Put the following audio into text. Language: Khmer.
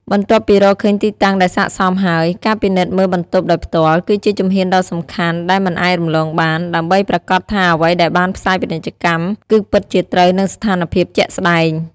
បន្ទាប់ពីរកឃើញទីតាំងដែលស័ក្តិសមហើយ ការពិនិត្យមើលបន្ទប់ដោយផ្ទាល់ គឺជាជំហានដ៏សំខាន់ដែលមិនអាចរំលងបាន ដើម្បីប្រាកដថាអ្វីដែលបានផ្សាយពាណិជ្ជកម្មគឺពិតជាត្រូវនឹងស្ថានភាពជាក់ស្តែង។